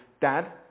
dad